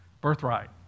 Birthright